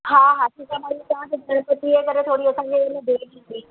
हा हा ठीकु आहे मां हीअं चवां थी गणपतीअ जे करे असांखे थोरी खे देरि थींदी